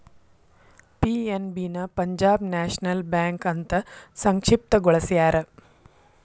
PNB ನ Punjab national bank ಅಂತ ಸಂಕ್ಷಿಪ್ತ ಗೊಳಸ್ಯಾರ